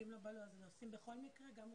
האוצר.